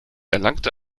erlangte